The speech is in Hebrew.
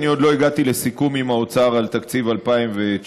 אני עוד לא הגעתי לסיכום עם האוצר על תקציב 2019,